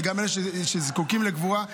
ואלה שזקוקים לקבורה,